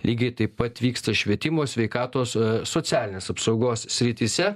lygiai taip pat vyksta švietimo sveikatos socialinės apsaugos srityse